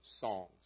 songs